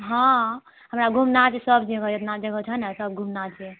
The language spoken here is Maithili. हँ हमरा घूमना छै सब जगह जेतना जगह छै नऽ सब जगह घूमना छै